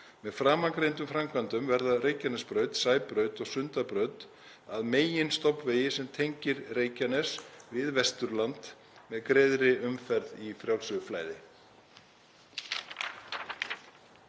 Með framangreindum framkvæmdum verða Reykjanesbraut, Sæbraut og Sundabraut að meginstofnvegi sem tengir Reykjanes við Vesturland með greiðri umferð í frjálsu flæði.